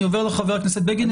אני עובר לחבר הכנסת בגין,